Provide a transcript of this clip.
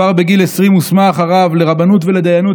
כבר בגיל 20 הוסמך הרב לרבנות ולדיינות